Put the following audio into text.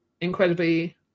incredibly